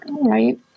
right